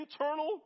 internal